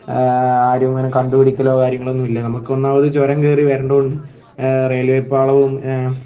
ആരും അങ്ങനെ കണ്ടുപിടിക്കലോ കാര്യങ്ങളൊന്നുമില്ല നമുക്ക് ഒന്നാമത് ചുരം കയറി വരേണ്ടത് കൊണ്ട് റെയിൽവേ പാളവും